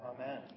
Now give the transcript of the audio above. Amen